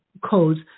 codes